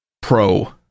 Pro